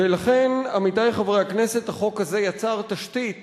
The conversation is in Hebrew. ולכן, עמיתי חברי הכנסת, החוק הזה יצר תשתית